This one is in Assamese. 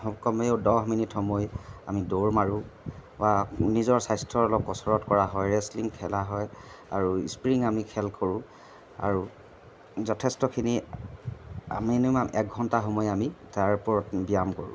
কমেও দহ মিনিট সময় আমি দৌৰ মাৰোঁ বা নিজৰ স্বাস্থ্যৰ অলপ কচৰৎ কৰা হয় ৰেষ্টলিং খেলা হয় আৰু স্প্ৰিং আমি খেল কৰোঁ আৰু যথেষ্টখিনি আমি মিনিমাম এঘণ্টা সময় আমি তাৰ ওপৰত ব্যায়াম কৰোঁ